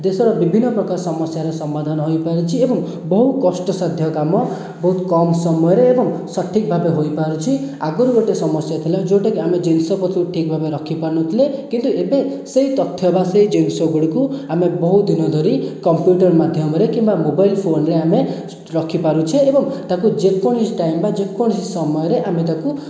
ଦେଶର ବିଭିନ୍ନ ପ୍ରକାର ସମସ୍ୟାର ସମାଧାନ ହୋଇପାରିଛି ଏବଂ ବହୁ କଷ୍ଟସାଧ୍ୟ କାମ ବହୁତ କମ ସମୟରେ ଏବଂ ସଠିକ୍ ଭାବରେ ହୋଇପାରୁଛି ଆଗରୁ ଗୋଟିଏ ସମସ୍ୟା ଥିଲା ଯେଉଁଟାକି ଆମେ ଜିନିଷ ପତ୍ରକୁ ଠିକ୍ ଭାବରେ ରଖିପାରୁନଥିଲେ କିନ୍ତୁ ଏବେ ସେଇ ତଥ୍ୟ ବା ସେଇ ଜିନିଷ ଗୁଡ଼ିକୁ ଆମେ ବହୁତ ଦିନ ଧରି କମ୍ପୁଟର ମାଧ୍ୟମରେ କିମ୍ବା ମୋବାଇଲ ଫୋନ୍ରେ ଆମେ ରଖିପାରୁଛେ ଏବଂ ତାକୁ ଯେକୌଣସି ଟାଇମ ବା ଯେକୌଣସି ସମୟରେ ଆମେ ତାକୁ